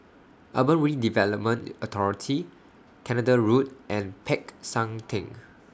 Urban Redevelopment Authority Canada Road and Peck San Theng